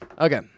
Okay